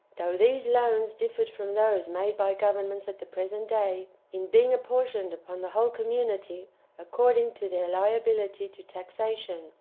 though these loans differed from those made by governments at the present day in being apportioned upon the whole community according to their liability to taxation,